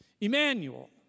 Emmanuel